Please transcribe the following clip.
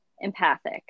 empathic